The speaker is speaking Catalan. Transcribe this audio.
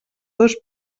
dos